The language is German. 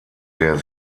der